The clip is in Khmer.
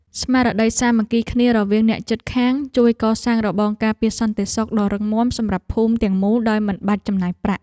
ស្មារតីសាមគ្គីគ្នារវាងអ្នកជិតខាងជួយកសាងរបងការពារសន្តិសុខដ៏រឹងមាំសម្រាប់ភូមិទាំងមូលដោយមិនបាច់ចំណាយប្រាក់។